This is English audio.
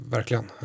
Verkligen